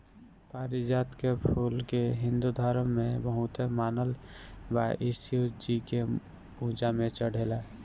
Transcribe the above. पारिजात के फूल के हिंदू धर्म में बहुते मानल बा इ शिव जी के पूजा में चढ़ेला